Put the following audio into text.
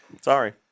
Sorry